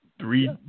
three